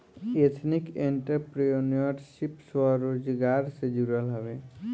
ethnic entrepreneurship स्वरोजगार से जुड़ल हवे